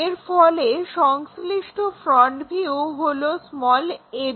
এর সংশ্লিষ্ট front view হলো ab1